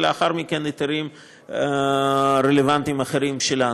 ולאחר מכן היתרים רלוונטיים אחרים שלנו.